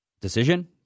decision